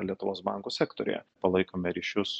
lietuvos bankų sektoriuje palaikome ryšius